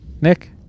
Nick